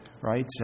right